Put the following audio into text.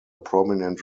prominent